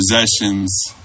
possessions